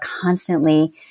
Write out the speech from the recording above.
constantly